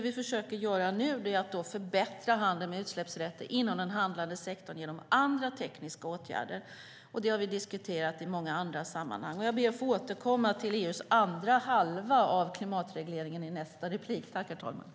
Vi försöker nu förbättra handeln med utsläppsrätter inom den handlande sektorn genom andra tekniska åtgärder, och det har vi diskuterat i många andra sammanhang. Jag ber att få återkomma till EU:s andra halva av klimatregleringen i nästa inlägg.